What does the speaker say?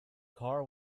car